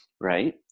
Right